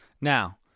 Now